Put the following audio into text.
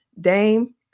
Dame